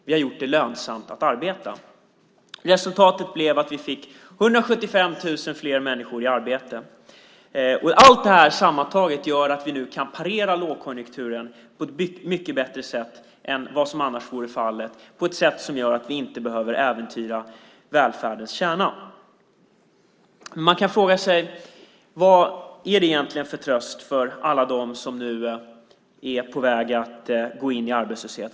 Vi har gjort det lönsamt att arbeta. Resultatet blev att vi fick 175 000 fler människor i arbete. Allt detta sammantaget gör att vi kan parera lågkonjunkturen mycket bättre än vad som annars hade varit fallet och på ett sätt som gör att vi inte behöver äventyra välfärdens kärna. Man kan fråga sig vad det är för tröst för alla dem som nu är på väg in i arbetslöshet.